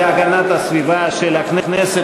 ועדת הפנים והגנת הסביבה של הכנסת,